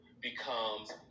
becomes